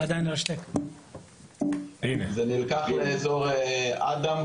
זה נלקח לאזור אדם,